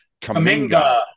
Kaminga